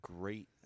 great